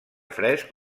fresc